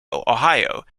ohio